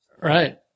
Right